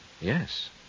Yes